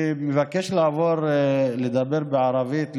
אני מבקש לעבור לדבר בערבית,